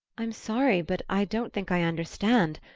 i'm sorry but i don't think i understand.